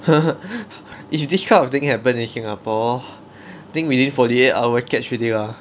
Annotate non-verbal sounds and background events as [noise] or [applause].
[laughs] if this kind of thing happen in singapore I think within forty eight hours catch already lah